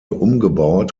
umgebaut